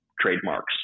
trademarks